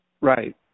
Right